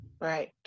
Right